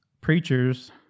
preachers